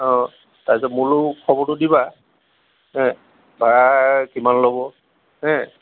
অঁ তাৰ পিছত মোলৈও খবৰটো দিবা ভাড়া কিমান ল'ব